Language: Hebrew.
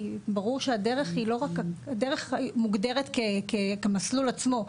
כי ברור שהדרך היא לא רק, דרך מוגדרת כמסלול עצמו.